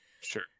Sure